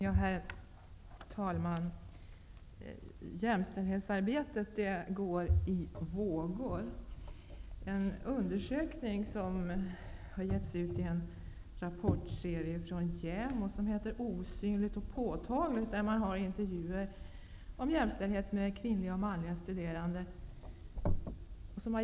Herr talman! Jämställdhetsarbetet går i vågor. I en rapportserie från JämO som har getts ut i år och som heter Osynligt och påtagligt redovisas en undersökning där man har intervjuat manliga och kvinnliga studerande.